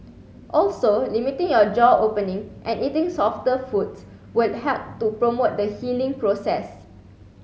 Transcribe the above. also limiting your jaw opening and eating softer foods will help to promote the healing process